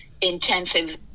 intensive